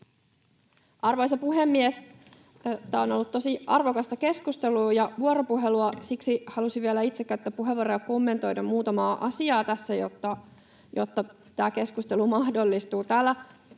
Arvoisa puhemies! Tämä on ollut tosi arvokasta keskustelua ja vuoropuhelua. Siksi halusin vielä itse käyttää puheenvuoron ja kommentoida muutamaa asiaa tässä, jotta tämä keskustelu mahdollistuu.